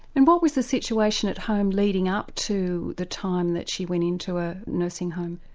and what was the situation at home leading up to the time that she went in to a nursing home?